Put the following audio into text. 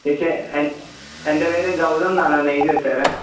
ചേച്ചി എൻ എൻ്റെ പേര് ഗൗതം എന്നാണ് ഒന്ന് എഴുതി വെച്ചേര്